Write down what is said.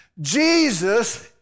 Jesus